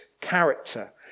character